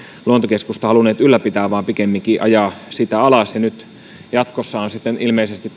luontokeskusta halunnut ylläpitää vaan pikemminkin ajaa sitä alas nyt jatkossa on sitten ilmeisesti